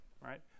right